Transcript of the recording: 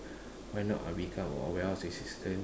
why not I become a warehouse assistant